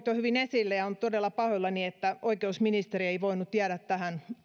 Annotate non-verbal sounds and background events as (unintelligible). (unintelligible) jo hyvin esille olen todella pahoillani että oikeusministeri ei voinut jäädä tähän